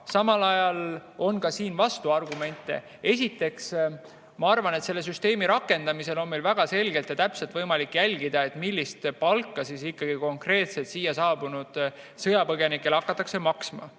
samal ajal on siin ka vastuargumente. Esiteks, ma arvan, et selle süsteemi rakendamisel on meil väga selgelt ja täpselt võimalik jälgida, millist palka siia saabunud sõjapõgenikele hakatakse maksma.